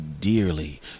dearly